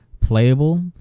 playable